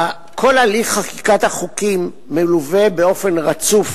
כל הליך חקיקת החוקים מלווה באופן רצוף